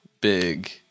big